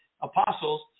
apostles